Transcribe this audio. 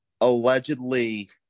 allegedly